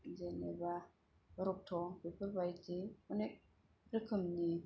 जेनेबा रक्त बेफोरबायदि माने रोखोमनि